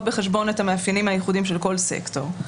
בחשבון את המאפיינים הייחודיים של כל סקטור.